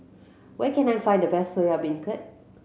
where can I find the best Soya Beancurd